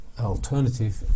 alternative